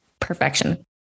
perfection